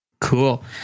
Cool